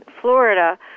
Florida